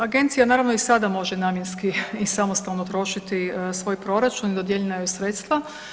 Agencija naravno i sada može namjenski i samostalno trošiti svoj proračun i dodijeljena joj sredstva.